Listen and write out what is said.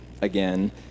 again